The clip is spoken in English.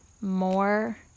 more